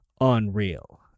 unreal